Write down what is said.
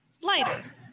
lighter